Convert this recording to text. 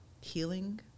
healing